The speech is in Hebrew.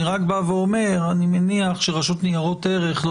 אני רק בא ואומר שאני מניח שהרשות לניירות ערך לא